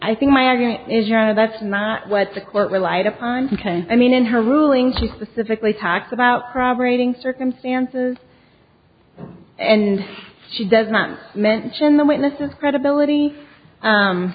i think my argument is you know that's not what the court relied upon i mean in her rulings you specifically talked about proper eating circumstances and she does not mention the witnesses credibility